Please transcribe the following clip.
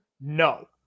No